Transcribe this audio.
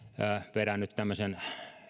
vedän nyt tämmöisen